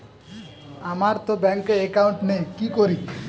আমারতো ব্যাংকে একাউন্ট নেই কি করি?